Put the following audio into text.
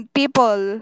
people